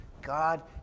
God